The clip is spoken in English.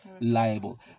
liable